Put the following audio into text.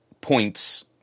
points